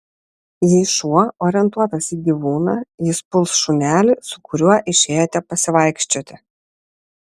jei šuo orientuotas į gyvūną jis puls šunelį su kuriuo išėjote pasivaikščioti